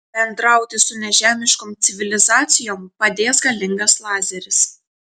bendrauti su nežemiškom civilizacijom padės galingas lazeris